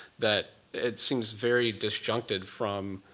that it seems very disjuncted from